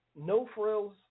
no-frills